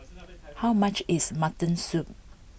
how much is Mutton Soup